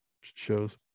shows